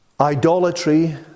idolatry